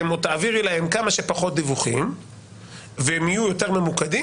להם כמה שפחות דיווחים והם יהיו יותר ממוקדים,